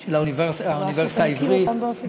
של האוניברסיטה העברית.